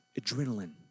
adrenaline